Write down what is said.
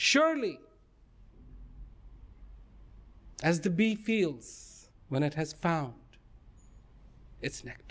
surely has to be feels when it has found its nec